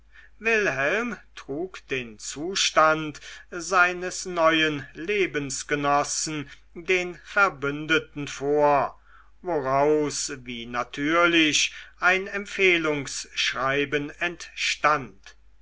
wilhelm trug den zustand seines neuen lebensgenossen den verbündeten vor woraus wie natürlich ein empfehlungsschreiben entstand